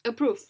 approved